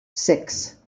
six